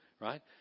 Right